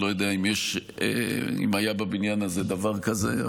אני לא יודע אם היה בבניין הזה דבר כזה.